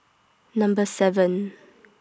Number seven